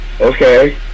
okay